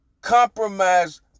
compromise